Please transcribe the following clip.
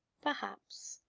perhaps.